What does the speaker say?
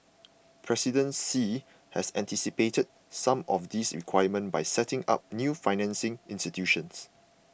President Xi has anticipated some of these requirements by setting up new financing institutions